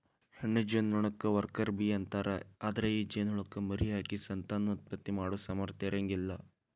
ಹೆಣ್ಣ ಜೇನನೊಣಕ್ಕ worker bee ಅಂತಾರ, ಅದ್ರ ಈ ಜೇನಹುಳಕ್ಕ ಮರಿಹಾಕಿ ಸಂತಾನೋತ್ಪತ್ತಿ ಮಾಡೋ ಸಾಮರ್ಥ್ಯ ಇರಂಗಿಲ್ಲ